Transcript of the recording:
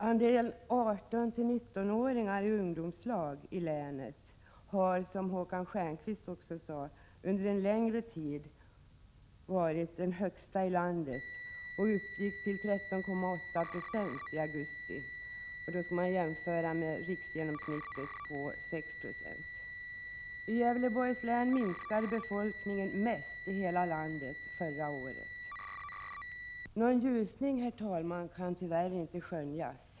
Andelen 18-19-åringar i ungdomslag i länet har, som Håkan Stjernlöf också sade, under en längre tid varit den högsta i landet och uppgick till Någon ljusning kan tyvärr inte skönjas.